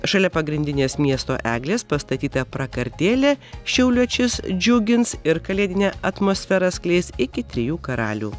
šalia pagrindinės miesto eglės pastatyta prakartėlė šiauliečius džiugins ir kalėdinę atmosferą skleis iki trijų karalių